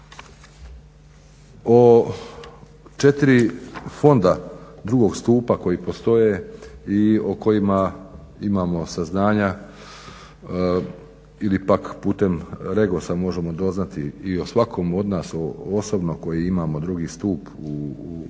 O četiri fonda drugog stupa koji postoje i o kojima imamo saznanja ili pak putem REGOS-a možemo doznati i o svakom od nas osobno koji imamo drugi stup u